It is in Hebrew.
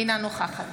אינה נוכחת